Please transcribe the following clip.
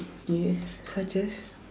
yeah such as